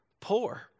poor